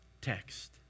text